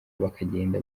bakagenda